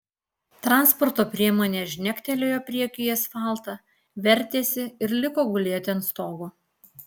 transporto priemonė žnektelėjo priekiu į asfaltą vertėsi ir liko gulėti ant stogo